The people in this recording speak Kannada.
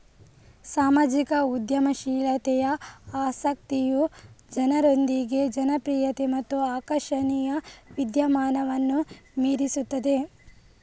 ಸಾಮಾಜಿಕ ಉದ್ಯಮಶೀಲತೆಯ ಆಸಕ್ತಿಯು ಜನರೊಂದಿಗೆ ಜನಪ್ರಿಯತೆ ಮತ್ತು ಆಕರ್ಷಣೆಯ ವಿದ್ಯಮಾನವನ್ನು ಮೀರಿಸುತ್ತದೆ